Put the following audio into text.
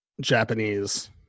Japanese